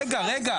רגע, רגע.